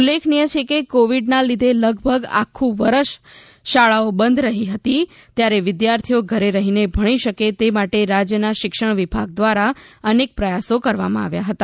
ઉલ્લેખનીય છે કે કોવિડના લીધે લગભગ આખું વર્ષ શાળાઓ બંધ રહી હતી ત્યારે વિદ્યાર્થીઓ ઘરે રહીને ભણી શકે તે માટે રાજ્યના શિક્ષણ વિભાગ દ્વારા અનેક પ્રયાસો કરવામાં આવ્યા હતા